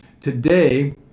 Today